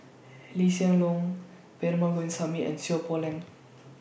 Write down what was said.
Lee Hsien Loong Perumal Govindaswamy and Seow Poh Leng